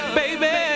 baby